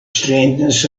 strangeness